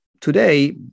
today